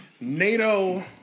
NATO